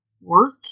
work